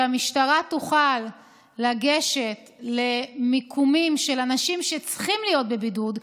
שהמשטרה תוכל לגשת למיקומים של אנשים שצריכים להיות בבידוד.